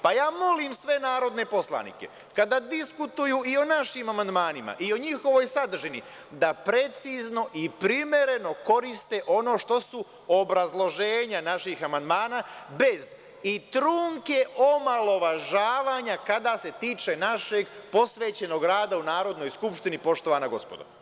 Pa, ja molim sve narodne poslanike, kada diskutuju i o našim amandmanima i o njihovoj sadržini, da precizno i primereno koriste ono što su obrazloženja naših amandmana, bez i trunke omalovažavanja kada se tiče našeg posvećenog rada u Narodnoj skupštini, poštovana gospodo.